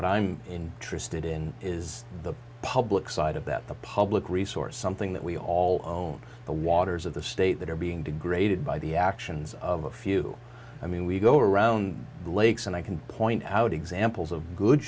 what i'm interested in is the public side of that the public resource something that we all owe the waters of the state that are being degraded by the actions of a few i mean we go around the lakes and i can point out examples of good